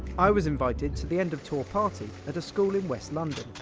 i was invited to the end of tour party at a school in west london.